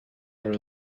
are